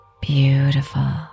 Beautiful